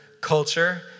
culture